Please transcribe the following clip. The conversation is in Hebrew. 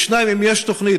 2. אם יש תוכנית,